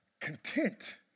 content